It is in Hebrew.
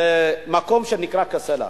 למקום שנקרא קסלה.